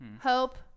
Hope